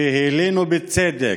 שהלינו, בצדק,